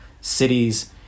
cities